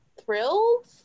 thrilled